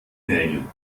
nägel